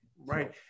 Right